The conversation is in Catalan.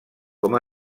com